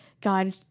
God